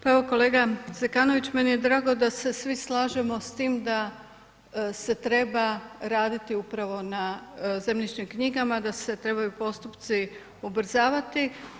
Pa evo kolega Zekanović meni je drago da se svi slažemo s tim da se treba raditi upravo na zemljišnim knjigama, da se trebaju postupci ubrzavati.